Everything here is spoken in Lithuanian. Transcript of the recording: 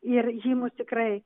ir ji mus tikrai